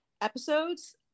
episodes